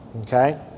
Okay